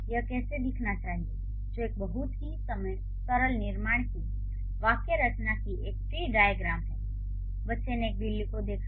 यह कैसे दिखना चाहिए जो एक बहुत ही सरल निर्माण की एक वाक्य रचना की एक ट्री डाइअग्रैम है बच्चे ने एक बिल्ली को देखा